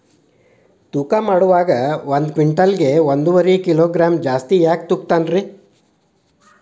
ತೂಕಮಾಡುವಾಗ ಒಂದು ಕ್ವಿಂಟಾಲ್ ಗೆ ಒಂದುವರಿ ಕಿಲೋಗ್ರಾಂ ಜಾಸ್ತಿ ಯಾಕ ತೂಗ್ತಾನ ರೇ?